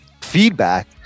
feedback